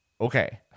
okay